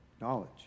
Knowledge